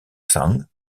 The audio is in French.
sang